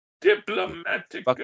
Diplomatic